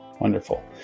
wonderful